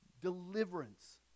deliverance